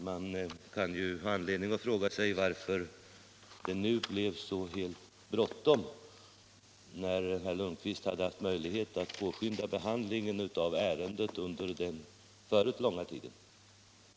Man kan ha anledning att fråga sig varför det då blev så bråttom, när herr Lundkvist hade haft möjlighet att påskynda behandlingen av ärendet under den långa tid som förflutit dessförinnan.